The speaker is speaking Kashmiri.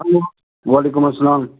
ہیٚلو وعلیکُم اَسلام